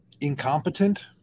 incompetent